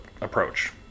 approach